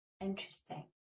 Interesting